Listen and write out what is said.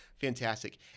Fantastic